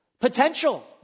potential